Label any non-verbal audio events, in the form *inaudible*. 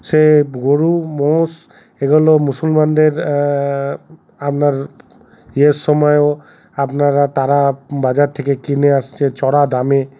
সে গরু মোষ *unintelligible* মুসলমানদের আপনার ইয়ের সময়ও আপনারা তারা বাজার থেকে কিনে আসছে চড়া দামে